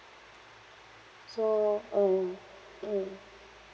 so ah mm